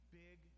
big